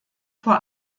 vor